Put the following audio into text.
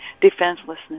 defenselessness